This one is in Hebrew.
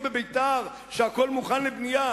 ובנימין נתניהו נבחר על-ידי אוהבי